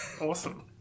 awesome